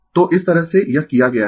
तो इस तरह से यह किया गया है